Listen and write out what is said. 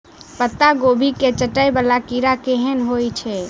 पत्ता कोबी केँ चाटय वला कीड़ा केहन होइ छै?